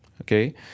okay